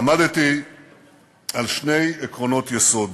עמדתי על שני עקרונות יסוד